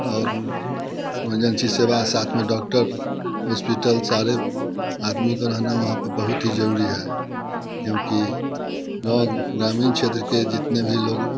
और इमरजेंसी सेवा साथ में डॉक्टर हॉस्पिटल सारे आदमी का रहना वहाँ पर बहुत ही ज़रूरी है क्योंकि लोग ग्रामीण क्षेत्र के जितने भी लोग